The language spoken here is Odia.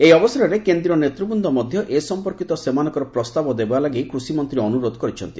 ଏହି ଅବସରରେ କେନ୍ଦ୍ରୀୟ ନେତୁବୃନ୍ଦୁଧ୍ୟ ଏ ସମ୍ପର୍କିତ ସେମାନଙ୍କର ପ୍ରସ୍ତାବ ଦେବା ଲାଗି କୃଷିମନ୍ତ୍ରୀ ଅନୁରୋଧ କରିଛନ୍ତି